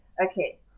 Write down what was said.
Okay